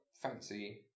Fancy